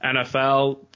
nfl